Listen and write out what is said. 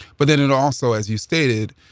but then it also, as you stated,